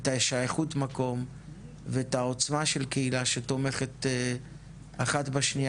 ואת שייכות המקום ואת העוצמה של קהילה שתומכת אחת בשנייה.